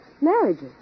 Marriages